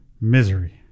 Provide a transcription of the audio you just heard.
Misery